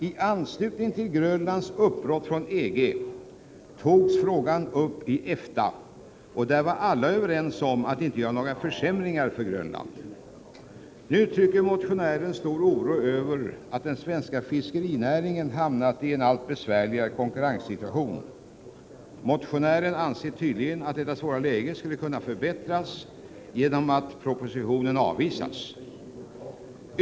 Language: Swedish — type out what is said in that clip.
I anslutning till Grönlands uppbrott från EG diskuterades frågan i EFTA. Alla var då överens om att inte göra några försämringar för Grönland. Nu uttrycker motionären stor oro över att den svenska fiskerinäringen hamnat i en allt besvärligare konkurrenssituation. Motionären anser tydligen att detta svåra läge skulle kunna förbättras genom att propositionen avvisas.